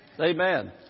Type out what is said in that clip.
Amen